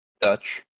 Dutch